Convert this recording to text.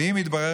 ואם יתברר,